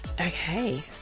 Okay